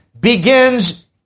begins